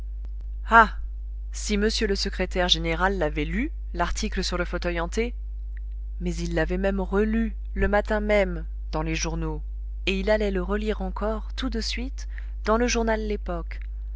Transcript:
ah si m le secrétaire général l'avait lu l'article sur le fauteuil hanté mais il l'avait même relu le matin même dans les journaux et il allait le relire encore tout de suite dans le journal l'époque